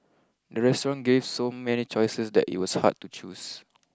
the restaurant gave so many choices that it was hard to choose